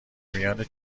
میان